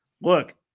Look